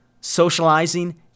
socializing